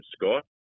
Scott